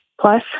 plus